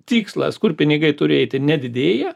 tikslas kur pinigai turi eiti nedidėja